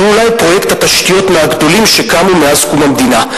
שהוא אולי פרויקט התשתיות מהגדולים שקמו מאז קום המדינה.